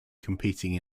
competing